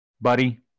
Buddy